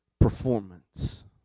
performance